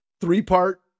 Three-part